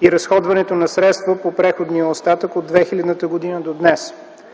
и разходването на средства по преходния остатък от 2000 г. до днес.